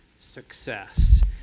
Success